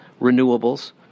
renewables